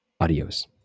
Adios